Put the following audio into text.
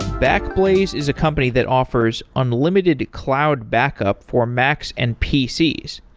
backblaze is a company that offers unlimited cloud backup for macs and pcs.